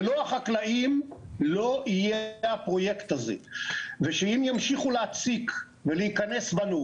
ללא החקלאים לא יהיה את הפרויקט הזה ושאם ימשיכו להציק ולהיכנס בנו